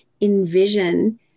envision